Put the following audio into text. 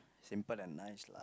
simple and nice lah